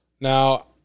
Now